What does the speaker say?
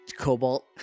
Cobalt